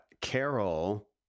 Carol